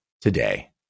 today